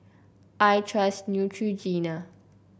I trust Neutrogena